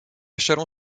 chalon